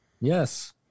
Yes